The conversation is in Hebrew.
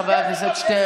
תודה רבה, חבר הכנסת שטרן.